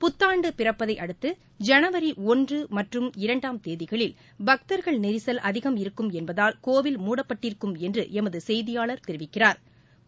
புத்தாண்டு பிறப்பதை அடுத்து ஜனவரி ஒன்று மற்றும் இரண்டாம் தேதிகளில் பக்தர்கள் நெரிசல் அதிகம் இருக்கும் என்பதால் கோவில் மூடப்பட்டிருக்கும் என்று எமது செய்தியாளா் தெரிவிக்கிறாா்